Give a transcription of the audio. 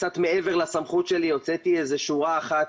קצת מעבר לסמכותי, הוצאתי איזה שורה אחת